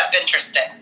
interesting